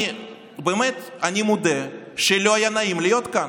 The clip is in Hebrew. ואני מודה, באמת, שלא היה נעים להיות כאן.